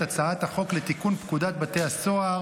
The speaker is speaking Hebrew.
את הצעת החוק לתיקון פקודת בתי הסוהר